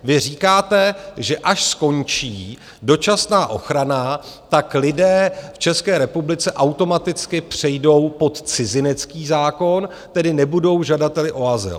Vy říkáte, že až skončí dočasná ochrana, tak lidé v České republice automaticky přejdou pod cizinecký zákon, tedy nebudou žadateli o azyl.